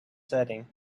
setting